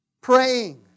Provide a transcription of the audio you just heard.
Praying